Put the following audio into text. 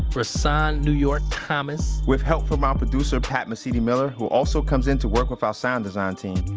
rahsaan new york thomas with help from our producer pat mesiti-miller, who also comes into work with our sound design team.